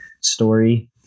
story